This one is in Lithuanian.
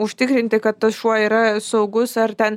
užtikrinti kad tas šuo yra saugus ar ten